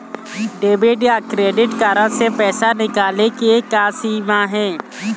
Debit या credit card से पैसा निकाले के का सीमा हे?